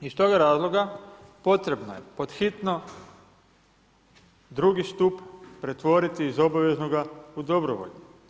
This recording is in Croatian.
Iz tog razloga potrebno je podhitno drugi stup pretvoriti iz obaveznoga u dobrovoljni.